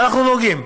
ואנחנו נוגעים,